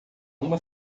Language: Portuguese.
uma